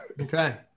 Okay